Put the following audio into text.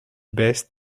best